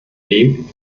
dem